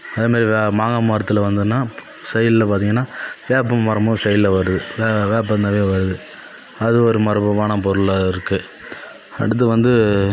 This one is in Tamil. அதே மாரி மாங்காய் மரத்தில் வந்துன்னால் சைடில் பார்த்தீங்கன்னா வேப்ப மரமும் சைடில் வருது வே வேப்பந்தழையும் வருது அது ஒரு மரபான பொருளாக இருக்குது அடுத்து வந்து